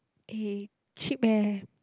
eh cheap eh